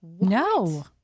no